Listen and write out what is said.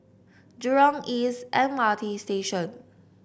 Jurong East M R T Station